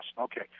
Okay